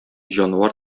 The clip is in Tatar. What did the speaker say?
җанвар